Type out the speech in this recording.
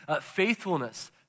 faithfulness